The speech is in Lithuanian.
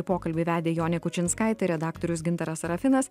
pokalbį vedė jonė kučinskaitė redaktorius gintaras sarafinas